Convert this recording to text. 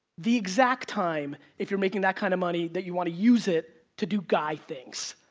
the exact time, if you're making that kind of money, that you want to use it to do guy things.